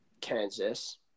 Kansas